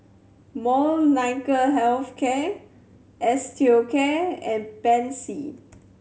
Molnylcke Health Care Osteocare and Pansy